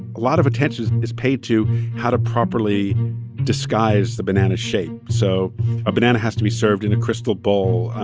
a lot of attention is paid to how to properly disguise the banana's shape. so a banana has to be served in a crystal bowl,